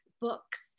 books